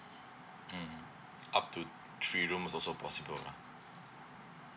mm up to three rooms is also possible lah